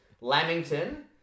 Lamington